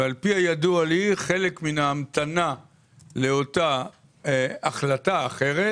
ועל פי הידוע לי, חלק מן ההמתנה לאותה החלטה אחרת,